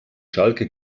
schalke